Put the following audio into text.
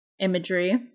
imagery